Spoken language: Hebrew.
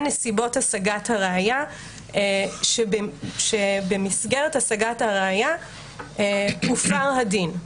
נסיבות השגת הראיה שבמסגרת השגת הראיה הופר הדין.